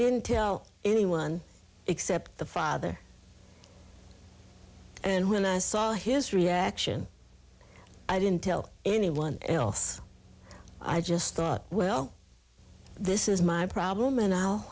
didn't tell anyone except the father and when i saw his reaction i didn't tell anyone else i just thought well this is my problem and i